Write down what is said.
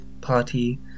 party